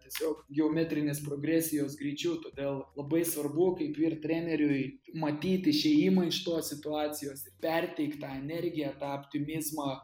tiesiog geometrinės progresijos greičiu todėl labai svarbu kaip vyr treneriui matyt išėjimą iš tos situacijos ir perteikt tą energiją tą aptimizmą